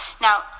now